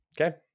Okay